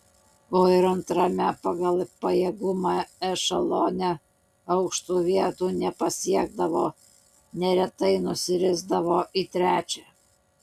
o ir antrame pagal pajėgumą ešelone aukštų vietų nepasiekdavo neretai nusirisdavo į trečią